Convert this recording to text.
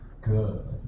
good